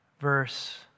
verse